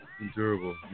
Endurable